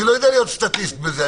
אני לא יודע להיות סטטיסט בזה.